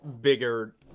bigger